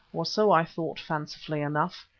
or so i thought fancifully enough.